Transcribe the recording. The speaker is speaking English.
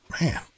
Man